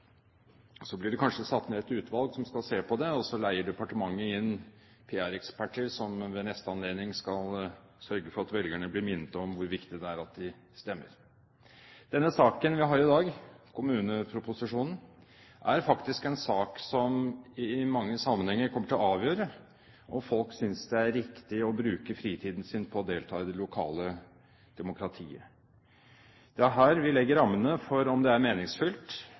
Så blir det kanskje satt ned et utvalg som skal se på det, og så leier departementet inn PR-eksperter, som ved neste anledning skal sørge for at velgerne blir minnet om hvor viktig det er at de stemmer. Denne saken vi behandler i dag, kommuneproposisjonen, er faktisk en sak som i mange sammenhenger kommer til å avgjøre om folk synes det er riktig å bruke fritiden sin på å delta i det lokale demokratiet. Det er her vi legger rammene for om det er